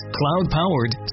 cloud-powered